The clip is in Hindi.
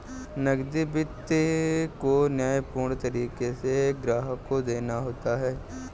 नकदी वित्त को न्यायपूर्ण तरीके से ग्राहक को देना होता है